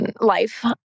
life